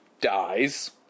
dies